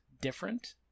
different